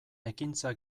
ekintza